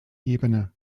ebene